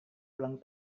ulang